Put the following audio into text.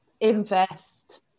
invest